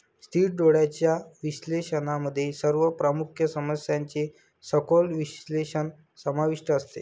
स्थिर डोळ्यांच्या विश्लेषणामध्ये सर्व प्रमुख समस्यांचे सखोल विश्लेषण समाविष्ट असते